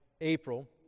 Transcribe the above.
April